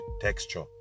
texture